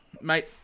Mate